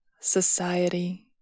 Society